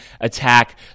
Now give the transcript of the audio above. attack